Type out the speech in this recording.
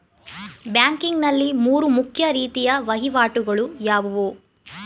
Banking ನಲ್ಲಿ ಮೂರು ಮುಖ್ಯ ರೀತಿಯ ವಹಿವಾಟುಗಳು ಯಾವುವು?